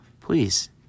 please